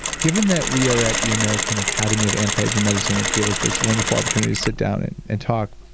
given that we are at the american academy of anti-aging medicine, which gives us this wonderful opportunity to sit down and and talk,